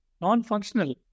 non-functional